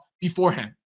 beforehand